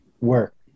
work